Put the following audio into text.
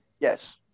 Yes